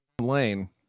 Lane